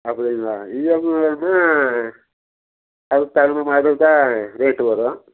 அப்படிங்களா இஎம்ஐலன்னா அதுக்கு தகுந்தமாதிரி தான் ரேட்டு வரும்